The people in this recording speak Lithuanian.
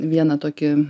vieną tokį